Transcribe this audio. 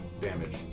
damage